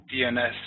DNS